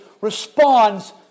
responds